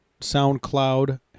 SoundCloud